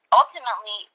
ultimately